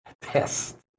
test